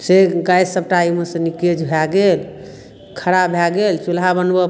से gas सबटा ओइमे सँ लीकेज भए गेल खराब भए गेल चूल्हा बनबऽ